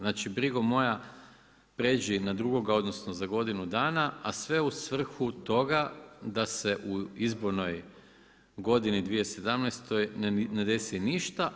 Znači brigo moja pređi na drugoga, odnosno za godinu dana a sve u svrhu toga da se u izbornoj godini 2017. ne desi ništa.